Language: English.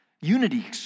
Unity